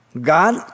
God